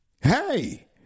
Hey